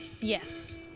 Yes